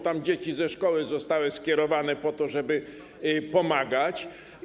Tam dzieci ze szkoły zostały skierowane po to, żeby pomagać.